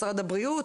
משרד הבריאות,